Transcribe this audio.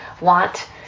want